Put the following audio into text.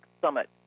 Summit